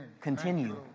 continue